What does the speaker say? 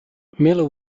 miller